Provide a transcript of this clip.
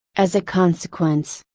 as a consequence,